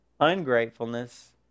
ungratefulness